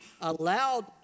allowed